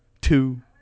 two